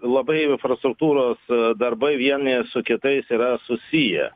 labai infrastruktūros darbai vieni su kitais yra susiję